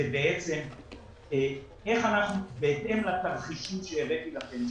זה בעצם בהתאם לתרחישים שהבאתי לכם,